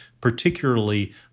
particularly